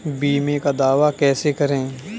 बीमे का दावा कैसे करें?